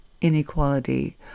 inequality